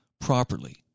properly